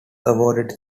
awarded